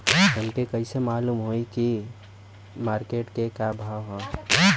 हमके कइसे मालूम होई की मार्केट के का भाव ह?